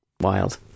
wild